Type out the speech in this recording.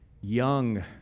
young